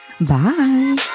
Bye